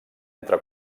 entre